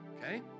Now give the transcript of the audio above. Okay